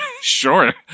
Sure